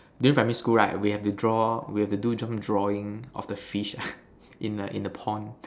during primary school right we have to draw we have to do some drawing of the fish in the in the pond